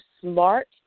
smart